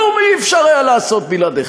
כלום לא היה אפשר לעשות בלעדיכם.